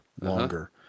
longer